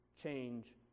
change